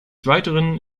weiteren